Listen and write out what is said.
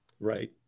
Right